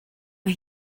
mae